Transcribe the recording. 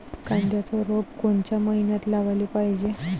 कांद्याचं रोप कोनच्या मइन्यात लावाले पायजे?